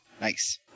Nice